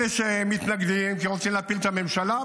אלה שמתנגדים כי רוצים להפיל את הממשלה,